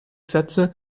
sätze